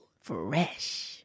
Fresh